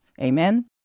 Amen